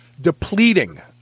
depleting